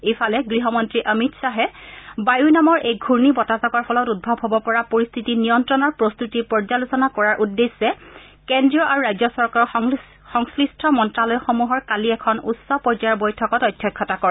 ইফালে গৃহমন্ত্ৰী অমিত খাহে বায়ু নামৰ এই ঘূৰ্ণী বতাহজাকৰ ফলত উদ্ভৱ হ'ব পৰা পৰিস্থিতি নিয়ন্ত্ৰণৰ প্ৰস্তুতিৰ পৰ্যালোচনা কৰাৰ উদ্দেশ্যে কেন্দ্ৰীয় আৰু ৰাজ্য চৰকাৰক সংশ্লিষ্ট মন্ত্ৰালয়সমূহৰ কালি এখন উচ্চ পৰ্যায়ৰ বৈঠকত অধ্যক্ষতা কৰে